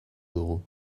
dugu